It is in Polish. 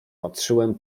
patrzyłem